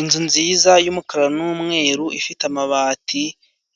Inzu nziza' yumukara numweru ifite amabati